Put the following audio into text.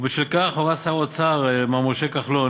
ובשל כך הורה שר האוצר מר משה כחלון